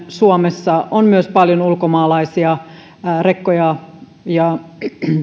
suomessa on paljon ulkomaalaisia rekkoja ja